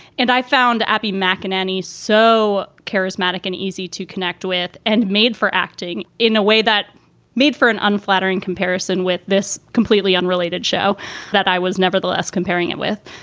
and i found abby mcinerney so charismatic and easy to connect with and made for acting in a way that made for an unflattering comparison with this completely unrelated show that i was nevertheless comparing it with.